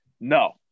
No